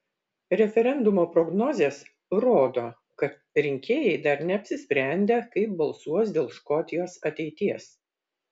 referendumo prognozės rodo kad rinkėjai dar neapsisprendę kaip balsuos dėl škotijos ateities